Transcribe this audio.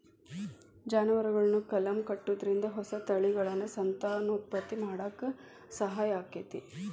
ಜಾನುವಾರುಗಳನ್ನ ಕಲಂ ಕಟ್ಟುದ್ರಿಂದ ಹೊಸ ತಳಿಗಳನ್ನ ಸಂತಾನೋತ್ಪತ್ತಿ ಮಾಡಾಕ ಸಹಾಯ ಆಕ್ಕೆತಿ